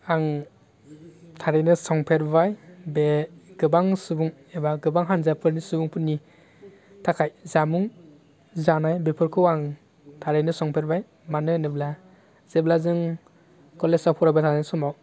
आं थारैनो संफेरबाय बे गोबां सुबुं एबा गोबां हान्जाफोरनि सुबुंफोरनि थाखाय जामुं जानो बेफोरखौ आं थारैनो संफेरबाय मानो होनोब्ला जेब्ला जों कलेजाव फरायबाय थानाय समाव